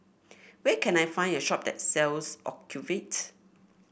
where can I find a shop that sells Ocuvite